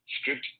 script